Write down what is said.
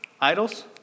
idols